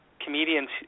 comedians